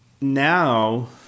now